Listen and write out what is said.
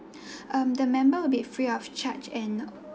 um the member will be free of charge and